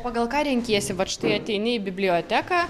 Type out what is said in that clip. pagal ką renkiesi vat štai ateini į biblioteką